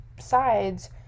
sides